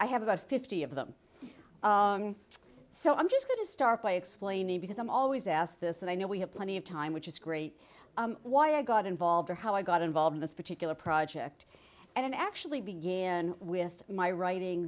i have about fifty of them so i'm just going to start by explaining because i'm always asked this and i know we have plenty of time which is great why i got involved or how i got involved in this particular project and actually begin with my writing